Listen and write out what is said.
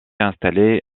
installée